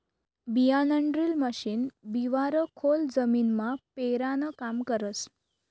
बियाणंड्रील मशीन बिवारं खोल जमीनमा पेरानं काम करस